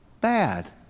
bad